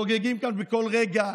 חוגגים כאן בכל רגע,